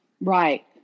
Right